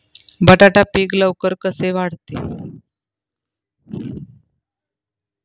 बटाटा पीक लवकर कसे वाढते?